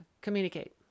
communicate